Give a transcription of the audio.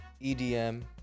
EDM